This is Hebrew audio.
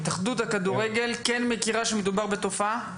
האם ההתאחדות לכדורגל כן מכירה שמדובר בתופעה?